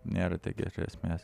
nėra tiek grėsmės